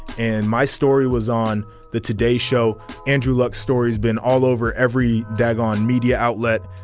and my story was on the today show andrew luck stories been all over every dag on media outlet.